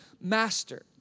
master